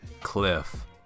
Cliff